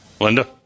Linda